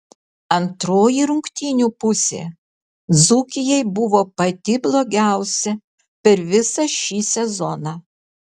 antroji rungtynių pusė dzūkijai buvo pati blogiausia per visą šį sezoną